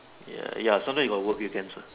ya ya sometime you got work weekends ah